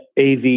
AV